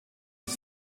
des